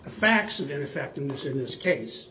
the facts of ineffectiveness in this case